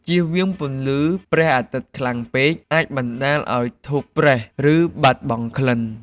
ជៀសវៀងពន្លឺព្រះអាទិត្យខ្លាំងពេកអាចបណ្តាលឱ្យធូបប្រេះ ឬបាត់បង់ក្លិន។